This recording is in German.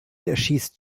erschießt